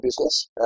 business